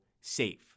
SAFE